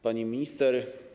Pani Minister!